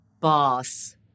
boss